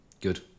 Good